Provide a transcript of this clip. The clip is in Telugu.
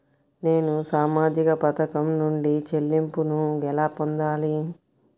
నేను సామాజిక పథకం నుండి చెల్లింపును ఎలా పొందాలి?